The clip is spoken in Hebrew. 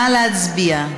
נא להצביע.